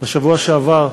בשבוע שעבר,